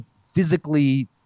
physically